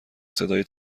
صدای